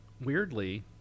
weirdly